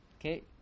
okay